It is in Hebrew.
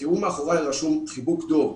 מאחורי רשום חיבוק דב.